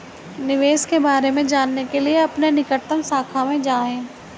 निवेश के बारे में जानने के लिए अपनी निकटतम शाखा में जाएं